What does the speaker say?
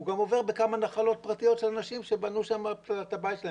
הוא גם עובר בכמה נחלות פרטיות של אנשים שבנו שם את הבית שלהם.